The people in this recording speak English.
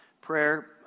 prayer